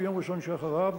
ביום ראשון שאחריו.